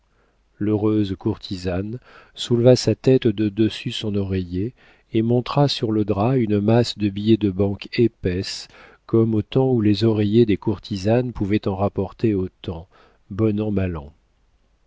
l'heureuse courtisane souleva sa tête de dessus son oreiller et montra sur le drap une masse de billets de banque épaisse comme au temps où les oreillers des courtisanes pouvaient en rapporter autant bon an mal an